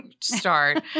start